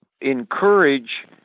encourage